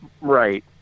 Right